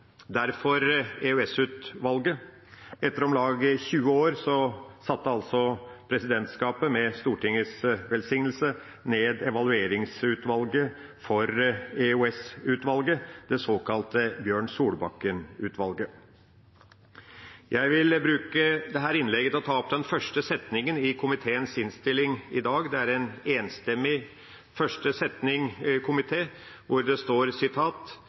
derfor EOS-utvalget. Etter om lag 20 år satte presidentskapet med Stortingets velsignelse ned evalueringsutvalget for EOS-utvalget, det såkalte Solbakken-utvalget. Jeg vil bruke dette innlegget i dag til å ta opp den første setningen i komiteens merknader. Det er en enstemmig komité i første setning, hvor det står: